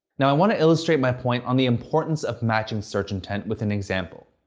now, want to illustrate my point on the importance of matching search intent with an example.